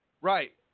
Right